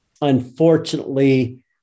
Unfortunately